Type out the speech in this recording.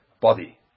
body